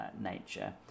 nature